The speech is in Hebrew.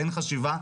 אין חשיבה,